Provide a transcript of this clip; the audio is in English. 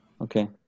Okay